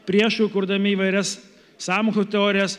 priešų kurdami įvairias sąmokslo teorijas